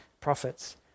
prophets